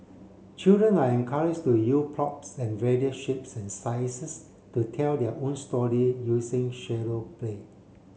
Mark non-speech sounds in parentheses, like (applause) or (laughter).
children are encouraged to (unintelligible) props of various shapes and sizes to tell their own story using shadow play